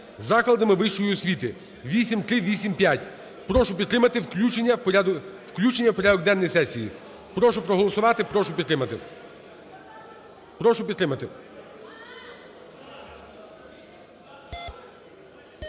закладами вищої освіти (8385). Прошу підтримати включення в порядок денний сесії. Прошу проголосувати і прошу підтримати.